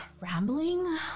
rambling